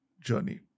journey